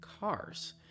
cars